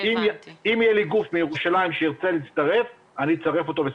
אם יהיה לי גוף מירושלים שירצה להצטרף אני אצרף אותו בשמחה.